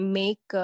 make